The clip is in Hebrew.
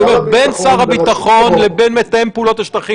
אני אומר: בין שר הביטחון לבין מתאם הפעולות בשטחים,